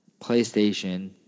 PlayStation